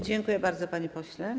Dziękuję bardzo, panie pośle.